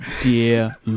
dear